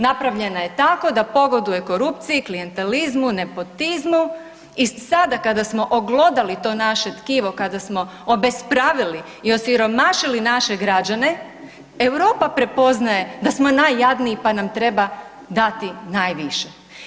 Napravljena je tako da pogoduje korupciji, klijentelizmu, nepotizmu i sada kada smo oglodali to naše tkivo, kada smo obespravili i osiromašili naše građane Europa prepoznaje da smo najjadniji pa nam treba dati najviše.